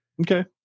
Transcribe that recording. Okay